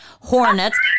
hornets